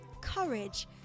courage